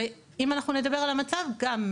אם אנחנו נדבר על המצב שם,